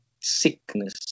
sickness